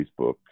Facebook